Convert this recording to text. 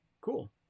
Cool